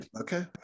okay